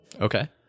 Okay